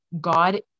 God